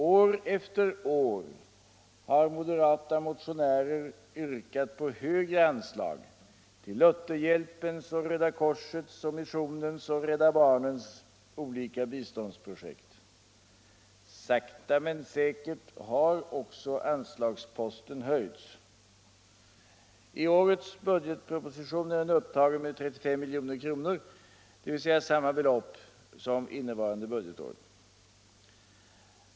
År efter år har moderata motionärer yrkat på högre anslag till Lutherhjälpens och Röda korsets och missionens och Rädda barnens olika biståndsprojekt. Sakta men säkert har också anslagsposten höjts. I årets budgetproposition är den upptagen med 35 milj.kr., dvs. samma belopp som innevarande budgetår.